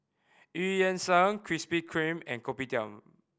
Eu Yan Sang Krispy Kreme and Kopitiam